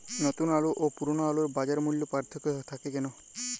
নতুন আলু ও পুরনো আলুর বাজার মূল্যে পার্থক্য থাকে কেন?